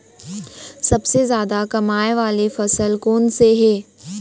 सबसे जादा कमाए वाले फसल कोन से हे?